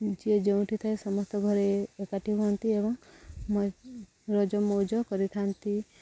ଯିଏ ଯେଉଁଠି ଥାଏ ସମସ୍ତ ଘରେ ଏକାଠି ହୁଅନ୍ତି ଏବଂ ରଜ ମଉଜ କରିଥାନ୍ତି